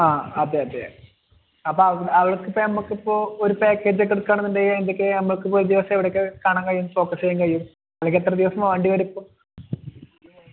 ആ അതെ അതെ അപ്പം അവ് അവിടേക്ക് ഇപ്പം നമുക്കിപ്പോൾ ഒരു പാക്കേജൊക്കെ എടുക്കുവാണെന്നുണ്ടെങ്കിൽ അതിന്റ ഒക്കെ നമുക്ക് ഒരു ദിവസം എവിടെ ഒക്കെ കാണാൻ കഴിയും ഫോക്കസ് ചെയ്യാൻ കഴിയും അല്ലെങ്കിൽ എത്രദിവസം വേണ്ടി വരും അപ്പം